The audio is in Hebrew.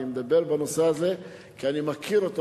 אני מדבר בנושא הזה כי אני מכיר אותו,